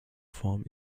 form